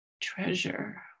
treasure